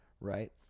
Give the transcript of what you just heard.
right